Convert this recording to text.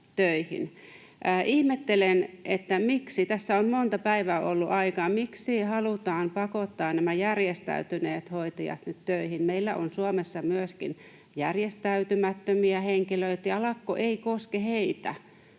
ollut aikaa, miksi halutaan pakottaa nämä järjestäytyneet hoitajat nyt töihin. Meillä on Suomessa myöskin järjestäytymättömiä henkilöitä, ja lakko ei koske heitä.